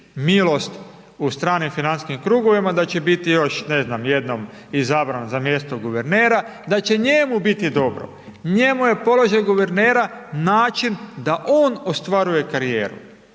milost u stranim financijskim krugovima, da će biti još jednom ne znam izabran za mjesto guvernera, da će njemu biti dobro. Njemu je položaj guvernera način da on ostvaruje karijeru.